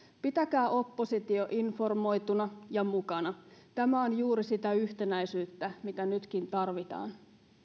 pitäkää oppositio informoituna ja mukana tämä on juuri sitä yhtenäisyyttä mitä nytkin tarvitaan